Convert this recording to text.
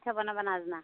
পিঠা বনাব নাজনা